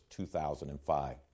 2005